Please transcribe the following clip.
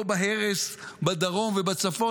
לא בהרס בדרום ובצפון.